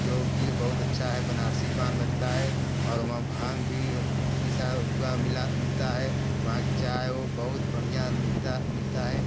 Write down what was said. जो कि बहुत अच्छा है बनारसी पान लगता है और वहाँ भांग भी अब पिसा हुआ मिला मिलता है वहाँ की चाय वो बहुत बढ़िया मिलता मिलता है